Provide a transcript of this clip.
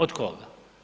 Od koga?